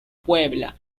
puebla